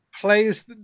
Plays